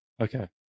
Okay